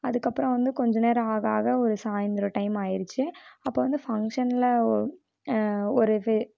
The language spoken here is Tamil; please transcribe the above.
அதற்கப்பறம் வந்து கொஞ்ச நேரம் ஆக ஆக ஒரு சாய்ந்தர டைம் ஆயிருச்சு அப்போ வந்து ஃபங்க்ஷனில் ஒரு இது